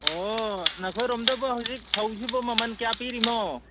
ꯑꯣ ꯅꯈꯣꯏꯔꯣꯝꯗꯨꯕꯨ ꯍꯧꯖꯤꯛ ꯐꯧꯁꯤꯕꯨ ꯃꯃꯜ ꯀꯌꯥ ꯄꯤꯔꯤꯕꯅꯣ